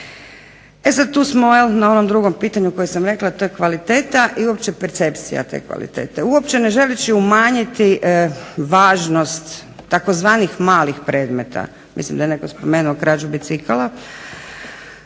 E sad tu smo na onom drugom pitanju koje sam rekla, a to je kvaliteta i uopće percepcija te kvalitete. Uopće ne želeći umanjiti važnost tzv. malih predmeta, mislim da je netko spomenuo krađu bicikala,